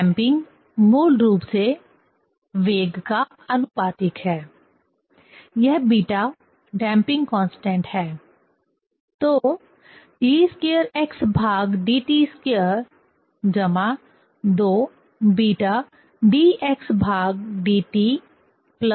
damping मूल रूप से वेग का आनुपातिक है यह बीटा डैंपिंग कांस्टेंट है